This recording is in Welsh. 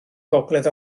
gogledd